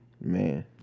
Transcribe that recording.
man